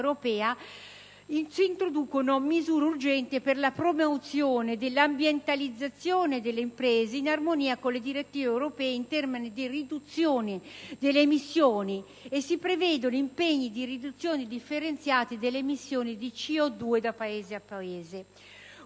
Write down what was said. introduce misure urgenti per la promozione dell'ambientalizzazione delle imprese in armonia con le direttive europee in tema di riduzione delle emissioni e prevede impegni di riduzione differenziati delle emissioni di C02 da Paese a Paese.